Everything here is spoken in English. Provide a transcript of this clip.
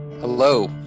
Hello